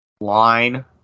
line